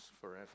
forever